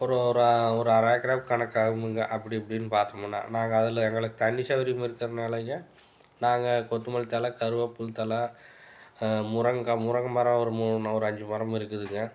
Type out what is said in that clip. ஒரு ஒரு ஒரு அரை கிராம் கணக்கு ஆகுமுங்க அப்படி இப்படின்னு பார்த்தோமுன்னா நாங்கள் அதில் எங்களுக்கு தண்ணி சவுகரியம் இருக்கிறனாலைங்க நாங்கள் கொத்துமல்லித்தழை கருவேப்பில தழை முருங்கக்காய் முருங்கை மரம் ஒரு மூணு ஒரு அஞ்சு மரம் இருக்குதுங்க